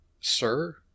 sir